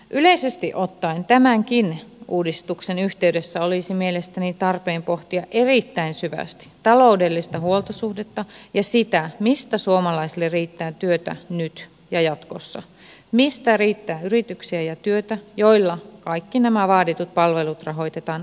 yleisesti ottaen tämänkin uudistuksen yhteydessä olisi mielestäni tarpeen pohtia erittäin syvästi taloudellista huoltosuhdetta ja sitä mistä suomalaisille riittää työtä nyt ja jatkossa mistä riittää yrityksiä ja työtä joilla kaikki nämä vaaditut palvelut rahoitetaan kaikenkokoisissa kunnissa